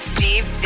Steve